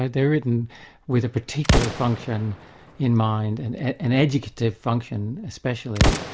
ah they're written with a particular function in mind, and an educative function especially,